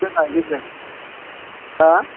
एसे नायगोन जों हा